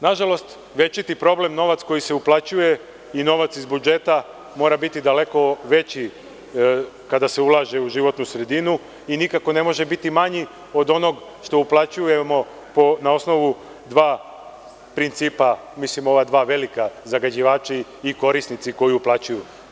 Nažalost, večiti problem je novac koji se uplaćuje i novac iz budžeta mora biti daleko veći kada se ulaže u životnu sredinu i nikako ne može biti manji od onoga što uplaćujemo na osnovu dva principa, mislim na ova dva velika – zagađivači i korisnici koji uplaćuju.